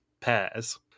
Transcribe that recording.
pairs